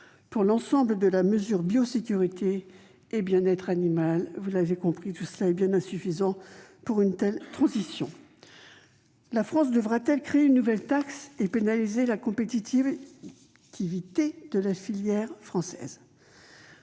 pour l'ensemble de la mesure « Biosécurité et bien-être animal ». Tout cela est bien insuffisant pour une telle transition. La France devra-t-elle créer une nouvelle taxe et pénaliser la compétitivité de notre filière nationale ?